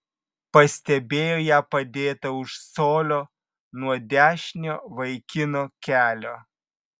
pastebėjo ją padėtą už colio nuo dešinio vaikino kelio